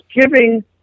giving